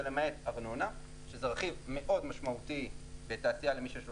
וזה למעט ארנונה שזה רכיב מאוד משמעותי למי שיש לו